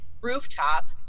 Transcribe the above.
rooftop